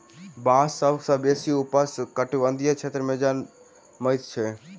बांस सभ सॅ बेसी उष्ण कटिबंधीय क्षेत्र में जनमैत अछि